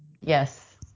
Yes